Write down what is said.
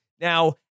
Now